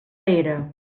era